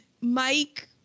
Mike